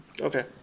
Okay